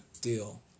deal